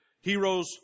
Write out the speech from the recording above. Heroes